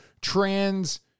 trans-